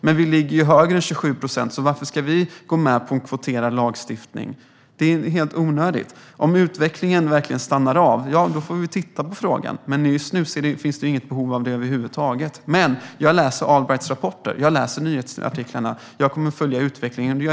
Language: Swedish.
Men vi ligger ju högre än 27 procent, så varför ska vi gå med på lagstiftad kvotering? Det är helt onödigt. Om utvecklingen verkligen stannar av får vi titta på frågan, men just nu finns det inget som helst behov av det. Jag läser Allbrights rapporter. Jag läser nyhetsartiklarna. Jag kommer att följa utvecklingen.